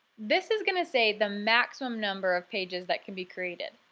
this is going to say the maximum number of pages that can be created.